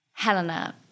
Helena